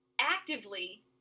actively